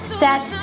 set